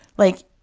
like,